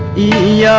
e